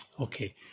Okay